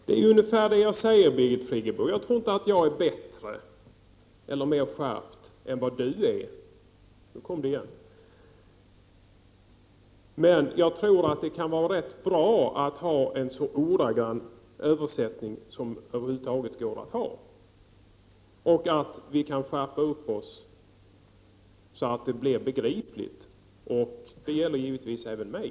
Herr talman! Det är ungefär det jag säger, Birgit Friggebo. Jag tror inte att jag är bättre eller mer skärpt än vad du är, nu kom det igen, men jag tror att det kan vara rätt bra att ha en så ordagrann översättning som över huvud taget går att ha och att vi kan skärpa upp oss så att det blir begripligt. Och det gäller givetvis även mig.